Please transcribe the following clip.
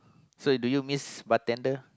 so do you miss bartender